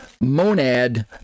monad